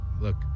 look